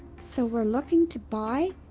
so we're looking to buy.